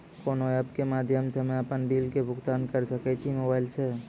कोना ऐप्स के माध्यम से हम्मे अपन बिल के भुगतान करऽ सके छी मोबाइल से?